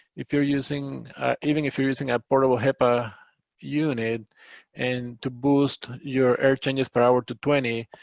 if you're using even if you're using a portable hepa unit and to boost your air changes per hour to twenty,